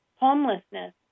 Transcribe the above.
Homelessness